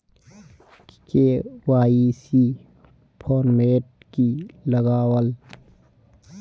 KYC format की लगावल?